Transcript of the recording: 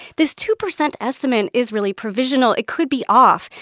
this two percent estimate is really provisional. it could be off.